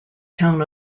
town